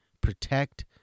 protect